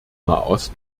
nahost